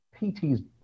PTs